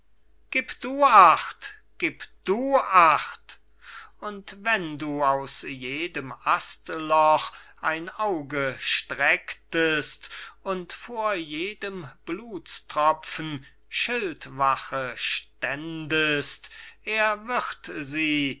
gib du acht gib du acht und wenn du aus jedem astloch ein auge strecktest und vor jedem blutstropfen schildwache ständest er wird sie